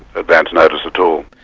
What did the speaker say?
advance notice at all.